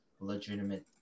legitimate